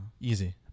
Easy